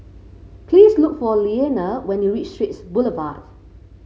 please look for Leaner when you reach Straits Boulevard